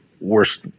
worst